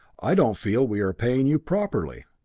i don't feel we're paying you properly!